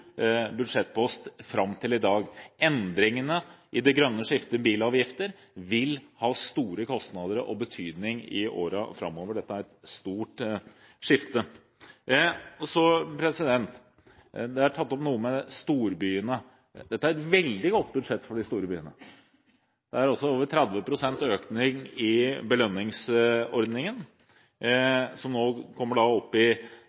budsjettpost fram til i dag. Endringene i det grønne skiftet, bilavgifter, vil føre til store kostnader og ha stor betydning i årene framover. Dette er et stort skifte. Storbyene er tatt opp. Dette er et veldig godt budsjett for de store byene. Det er over 30 pst. økning i belønningsordningen, som nå kommer opp i